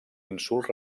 insult